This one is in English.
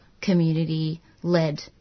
community-led